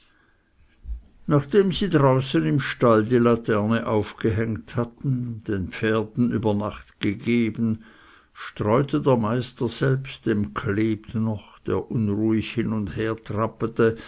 nachdem sie draußen im stalle die laterne aufgehängt hatten den pferden über nacht gegeben streute der meister selbst dem kleb noch der unruhig hin und